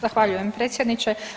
Zahvaljujem predsjedniče.